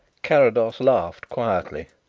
carrados laughed quietly.